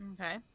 Okay